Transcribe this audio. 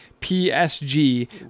psg